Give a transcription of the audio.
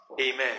Amen